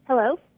Hello